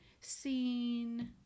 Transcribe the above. seen